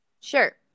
Sure